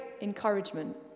encouragement